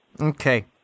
Okay